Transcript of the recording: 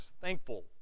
thankful